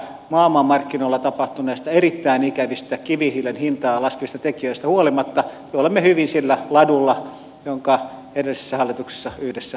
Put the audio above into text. eli maailmanmarkkinoilla tapahtuneista erittäin ikävistä kivihiilen hintaa laskevista tekijöistä huolimatta me olemme hyvin sillä ladulla jonka edellisessä hallituksessa yhdessä aikanaan loimme